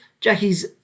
Jackie's